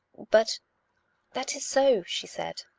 but that is so, she said.